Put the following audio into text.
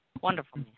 Wonderful